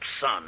son